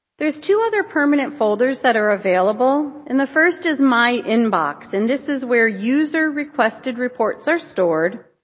there's two other permanent folders that are available, and the first is my inbox. and this is where user-requested reports are stored.